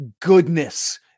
goodness